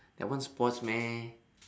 that one sports meh